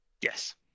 Yes